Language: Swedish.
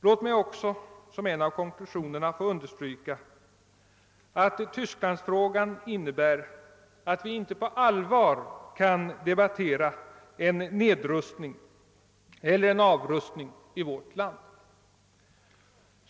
Låt mig också som en av konklusionerna få understryka, att Tysklandsfrågan innebär att vi inte på allvar kan debattera en nedrustning eller en avrustning i vårt land.